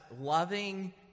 loving